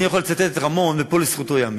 אני יכול לצטט את רמון, ופה לזכותו ייאמר,